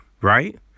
right